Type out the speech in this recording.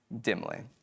dimly